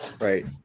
right